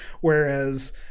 Whereas